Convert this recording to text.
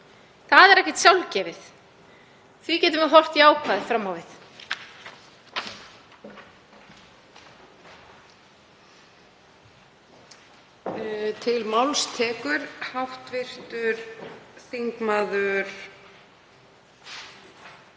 Það er ekkert sjálfgefið. Því getum við horft jákvæð fram á við.